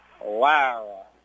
Wow